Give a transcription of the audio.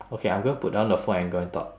okay I'm going to put down the phone and go and talk